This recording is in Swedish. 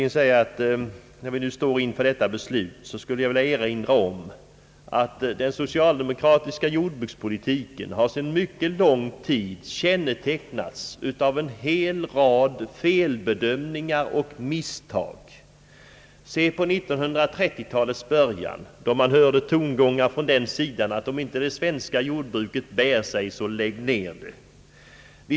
När vi står inför detta beslut, vill jag slutligen erinra om att den socialdemokratiska jordbrukspolitiken sedan lång tid har kännetecknats av felbedömningar och misstag. Vid 1930-talets början hördes från den sidan tongångar om att såvida inte det svenska jordbruket bar sig, fick det läggas ned.